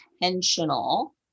intentional